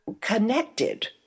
connected